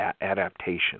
adaptation